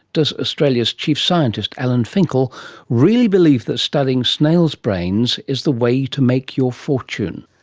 does australia's chief scientist alan finkel really believe that studying snails' brains is the way to make your fortune?